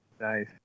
Nice